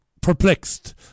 perplexed